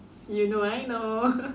you know I know